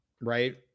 Right